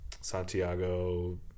Santiago